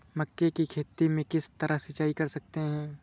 मक्के की खेती में किस तरह सिंचाई कर सकते हैं?